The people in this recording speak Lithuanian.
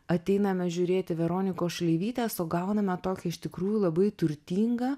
ateiname žiūrėti veronikos šleivytės o gauname tokią iš tikrųjų labai turtingą